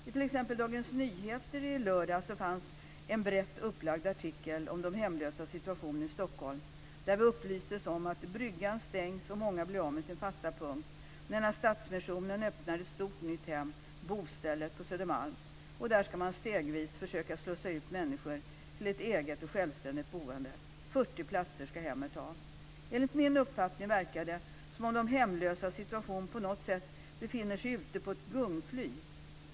I t.ex. Dagens Nyheter i lördags fanns en brett upplagd artikel om de hemlösas situation i Stockholm, där vi upplystes om att Bryggan stängs och många blir av med sin fasta punkt, medan Stadsmissionen öppnar ett stort nytt hem, Bostället, på Södermalm. Där ska man stegvis försöka slussa ut människor till ett eget och självständigt boende. 40 platser ska hemmet ha. Enligt min uppfattning verkar det som om de hemlösa på något sätt befinner sig ute på ett gungfly.